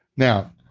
now,